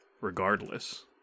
regardless